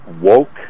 woke